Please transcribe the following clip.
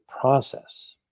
process